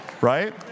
Right